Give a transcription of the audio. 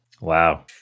Wow